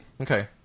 Okay